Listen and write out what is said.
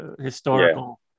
historical